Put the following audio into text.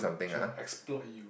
she'll exploit you